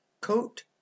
Coat